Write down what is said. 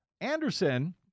Anderson